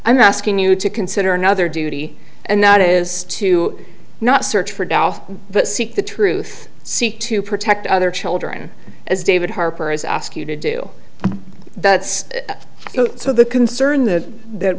i'm asking you to consider another duty and that is to not search for doubt but seek the truth seek to protect other children as david harper has ask you to do so the concern that that